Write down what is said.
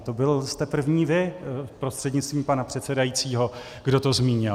To jste byl první vy, prostřednictvím pana předsedajícího, kdo to zmínil.